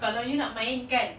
kalau you nak main kan